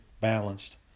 balanced